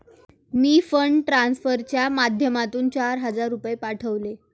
मी fund ट्रान्सफरच्या माध्यमातून चार हजार रुपये पाठवले